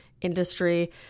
industry